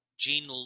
Gene